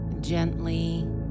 Gently